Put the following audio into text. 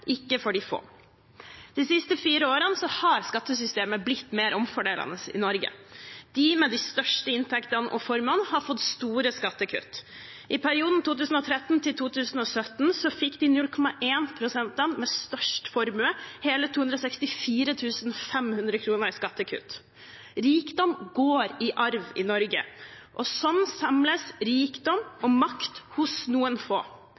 ikke for de få. De siste fire årene har skattesystemet blitt mer omfordelende i Norge. De med de største inntektene og formuene har fått store skattekutt. I perioden 2013–2017 fikk de 0,1 pst. med størst formue hele 264 500 kroner i skattekutt. Rikdom går i arv i Norge, og slik samles rikdom og makt hos noen få.